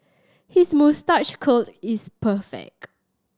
his moustache curl is perfect